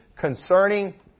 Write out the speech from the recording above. concerning